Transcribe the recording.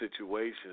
situations